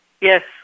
Yes